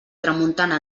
tramuntana